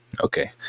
Okay